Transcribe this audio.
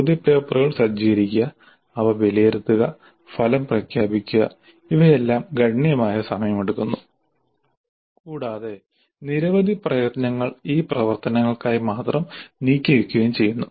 ചോദ്യപേപ്പറുകൾ സജ്ജീകരിക്കുക അവ വിലയിരുത്തുക ഫലം പ്രഖ്യാപിക്കുക ഇവയെല്ലാം ഗണ്യമായ സമയമെടുക്കുന്നു കൂടാതെ നിരവധി പ്രയത്നങ്ങൾ ഈ പ്രവർത്തനങ്ങൾക്കായി മാത്രം നീക്കിവയ്ക്കുകയും ചെയ്യുന്നു